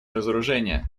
разоружения